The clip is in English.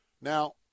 Now